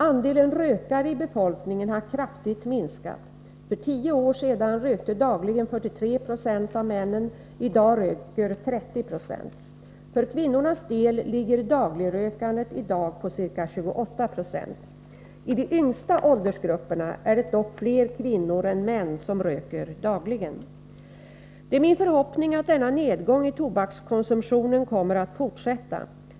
Andelen rökare i befolkningen har kraftigt minskat. För 10 år sedan rökte dagligen 43 26 av männen, i dag röker 30 9. För kvinnornas del ligger dagligrökandet i dag på ca 28 96. I de yngsta åldersgrupperna är det dock fler kvinnor än män som röker dagligen. Det är min förhoppning att denna nedgång i tobakskonsumtionen kommer att fortsätta.